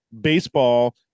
baseball